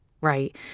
right